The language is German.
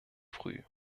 früh